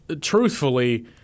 truthfully—